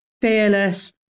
fearless